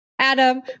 Adam